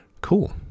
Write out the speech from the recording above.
cool